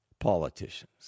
Politicians